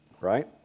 Right